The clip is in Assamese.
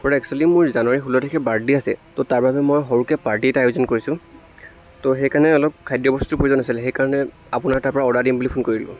খুৰা একচুৱেলী মোৰ জানুৱাৰীৰ ষোল্ল তাৰিখে বাৰ্থদে আছে ত' তাৰ বাবে মই সৰুকৈ পাৰ্টী এটা আয়োজন কৰিছোঁ ত' সেইকাৰণে অলপ খাদ্যবস্তুৰ প্ৰয়োজন আছিলে সেইকাৰণে আপোনাৰ তাৰ পৰা অৰ্ডাৰ দিম বুলি ফোন কৰিলোঁ